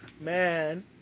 Man